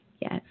Yes